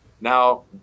Now